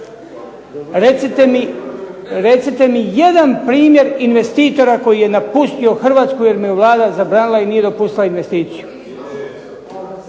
Recite mi jedan primjer investitora koji je napustio Hrvatsku jer mu je Vlada zabranila i nije dopustila investiciju.